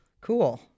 Cool